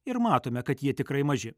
ir matome kad jie tikrai maži